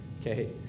Okay